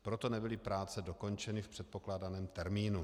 Proto nebyly práce dokončeny v předpokládaném termínu.